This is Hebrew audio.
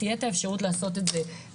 תהיה את האפשרות לעשות את זה בחינם,